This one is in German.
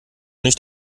nicht